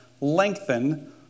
lengthen